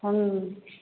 हूँ